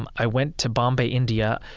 um i went to bombay, india,